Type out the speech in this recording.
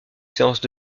séances